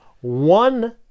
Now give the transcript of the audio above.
One